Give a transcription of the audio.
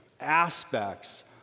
aspects